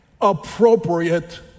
appropriate